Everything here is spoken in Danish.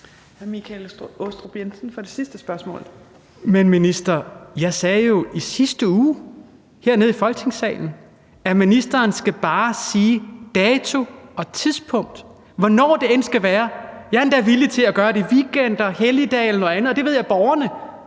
14:35 Michael Aastrup Jensen (V): Men, minister, jeg sagde jo i sidste uge hernede i Folketingssalen, at ministeren bare skal nævne en dato og et tidspunkt – hvornår det end kan være. Jeg er endda villig til at gøre det i weekender, på helligdage eller noget andet, og det ved jeg at borgerne,